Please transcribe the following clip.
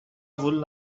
وول